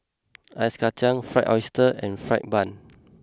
Ice Kachang Fried Oyster And Fried Bun